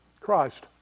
Christ